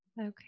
Okay